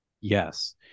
Yes